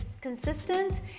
consistent